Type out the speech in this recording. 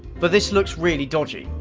but this looks really dodgy.